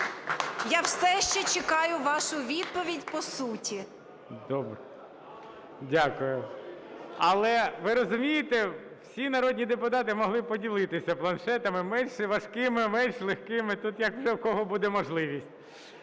Я все ще чекаю вашу відповідь по суті. ГОЛОВУЮЧИЙ. Добре. Дякую. Але, ви розумієте, всі народні депутати могли поділитися планшетами, менш важкими, менш легкими, тут як у кого буде можливість,